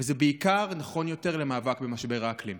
וזה בעיקר נכון יותר למאבק במשבר האקלים.